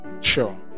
Sure